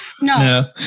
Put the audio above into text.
No